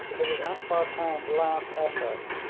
it was akbar khan's last effort,